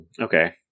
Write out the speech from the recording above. Okay